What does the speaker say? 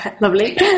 Lovely